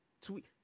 tweet